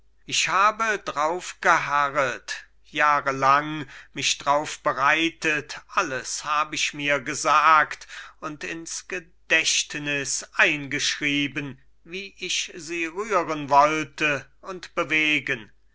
ich habe drauf geharret jahrelang mich drauf bereitet alles hab ich mir gesagt und ins gedächtnis eingeschrieben wie ich sie rühren wollte und bewegen